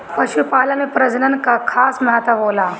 पशुपालन में प्रजनन कअ खास महत्व होला